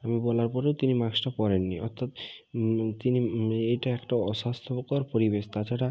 আমি বলার পরেও তিনি মাক্সটা পরেন নি অর্থাৎ তিনি এটা একটা অস্বাস্থ্যকর পরিবেশ তাছাড়া